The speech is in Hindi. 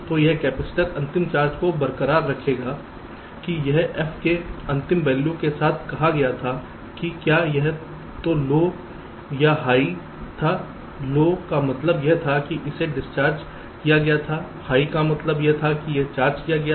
तो यह कैपेसिटर अंतिम चार्ज को बरकरार रखेगा कि यह F के अंतिम वैल्यू के साथ कहा गया था कि क्या यह लो या हाई था लो का मतलब यह था कि इसे डिस्चार्ज किया गया था हाई का मतलब है कि यह चार्ज किया गया था